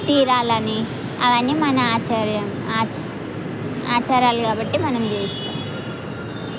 తీరాలని అవన్నీ మన ఆచారాలు ఆచ ఆచారాలు కాబట్టి మనం చేస్తాం